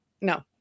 no